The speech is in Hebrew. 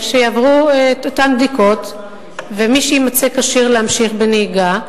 יעברו את אותן בדיקות ומי שיימצא כשיר להמשיך בנהיגה,